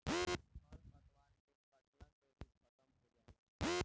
खर पतवार के कटला से भी खत्म हो जाला